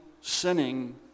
sinning